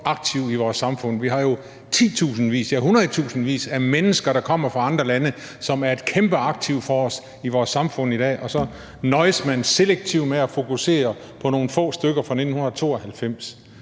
aktiv i vores samfund. Vi har jo titusindvis, ja, hundredtusindvis af mennesker, der kommer fra andre lande, og som er et kæmpe aktiv for os i vores samfund i dag, og så nøjes man selektivt med at fokusere på nogle få stykker fra 1992.